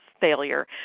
failure